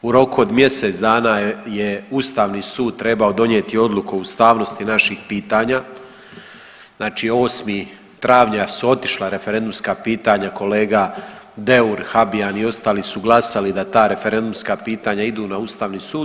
U roku od mjesec dana je Ustavni sud trebao donijeti odluku o ustavnosti naših pitanja, znači 8. travnja su otišla referendumska pitanja kolega Deur, Habijan i ostali su glasali da ta referendumska pitanja idu na Ustavni sud.